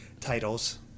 titles